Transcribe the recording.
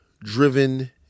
driven